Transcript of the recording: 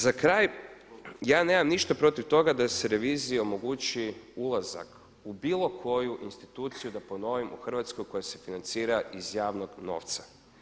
Za kraj, ja nemam ništa protiv toga da se reviziji omogući ulazak u bilo koju instituciju da ponovim u Hrvatskoj koja se financira iz javnog novca.